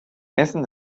essen